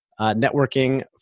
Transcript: networking